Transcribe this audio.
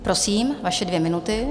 Prosím, vaše dvě minuty.